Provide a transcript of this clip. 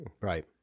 Right